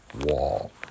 wall